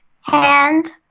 hand